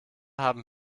haben